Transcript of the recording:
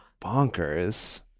Bonkers